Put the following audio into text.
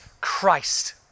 Christ